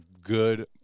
Good